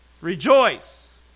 Rejoice